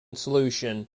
solution